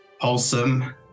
wholesome